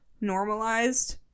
normalized